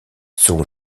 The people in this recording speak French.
son